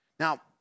Now